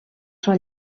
són